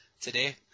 today